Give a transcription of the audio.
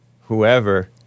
whoever